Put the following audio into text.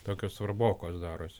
tokios svarbokos darosi